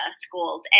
schools